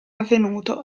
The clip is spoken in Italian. avvenuto